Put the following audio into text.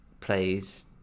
plays